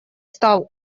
стал